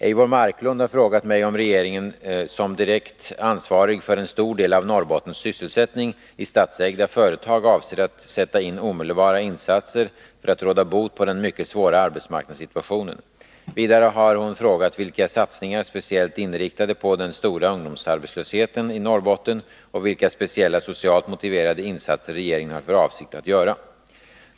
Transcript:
Eivor Marklund har frågat mig om regeringen som direkt ansvarig för en stor del av Norrbottens sysselsättning i statsägda företag avser att sätta in omedelbara insatser för att råda bot på den mycket svåra arbetsmarknadssituationen. Vidare har hon frågat vilka satsningar, speciellt inriktade på den stora ungdomsarbetslösheten i Norrbotten, och vilka speciella socialt motiverade insatser regeringen har för avsikt att göra.